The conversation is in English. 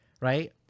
right